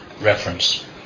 reference